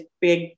big